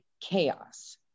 chaos